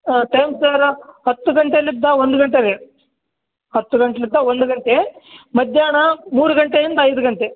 time sir ಹತ್ತು ಗಂಟೆಲಿಂದ ಒಂದು ಗಂಟೆಗೆ ಹತ್ತು ಗಂಟ್ಲಿಂದ ಒಂದು ಗಂಟೆ ಮಧ್ಯಾಹ್ನ ಮೂರು ಗಂಟೆಯಿಂದ ಐದು ಗಂಟೆ